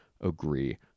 Agree